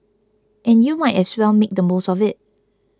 and you might as well make the most of it